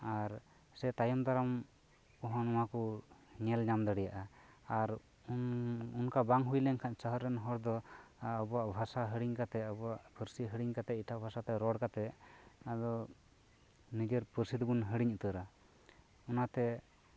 ᱟᱨ ᱥᱮ ᱛᱟᱭᱚᱢ ᱫᱟᱨᱟᱢ ᱠᱚᱦᱚᱸ ᱱᱚᱣᱟ ᱠᱚ ᱧᱮᱞ ᱧᱟᱢ ᱫᱟᱲᱮᱭᱟᱜᱼᱟ ᱟᱨ ᱚᱱᱠᱟ ᱵᱟᱝ ᱦᱩᱭ ᱞᱮᱱᱠᱷᱟᱱ ᱥᱚᱦᱚᱨ ᱨᱮᱱ ᱦᱚᱲ ᱫᱚ ᱟᱵᱚᱣᱟᱜ ᱵᱷᱟᱥᱟ ᱦᱤᱲᱤᱧ ᱠᱟᱛᱮ ᱟᱵᱚᱣᱟᱜ ᱯᱟᱹᱨᱥᱤ ᱦᱤᱲᱤᱧ ᱠᱟᱛᱮ ᱮᱴᱟᱜ ᱵᱷᱟᱥᱟ ᱛᱮ ᱨᱚᱲ ᱠᱟᱛᱮ ᱟᱫᱚ ᱱᱤᱡᱮᱨ ᱯᱟᱹᱨᱥᱤ ᱫᱚᱵᱚᱱ ᱦᱤᱲᱤᱧ ᱩᱛᱟᱹᱨᱟ ᱚᱱᱟᱛᱮ